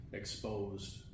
exposed